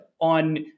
on